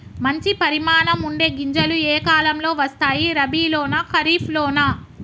మంచి పరిమాణం ఉండే గింజలు ఏ కాలం లో వస్తాయి? రబీ లోనా? ఖరీఫ్ లోనా?